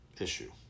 issue